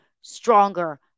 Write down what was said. stronger